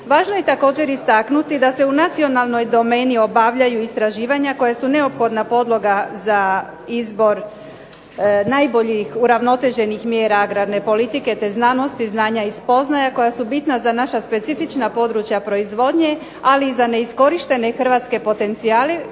Važno je također istaknuti da se u nacionalnoj domeni obavljaju istraživanja koja su neophodna podloga za izbor najboljih uravnoteženih mjera agrarne politike te znanosti, znanja i spoznaja koja su bitna za naša specifična područja proizvodnje, ali i za neiskorištene hrvatske potencijale